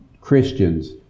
Christians